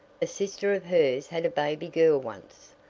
a sister of hers had a baby girl once,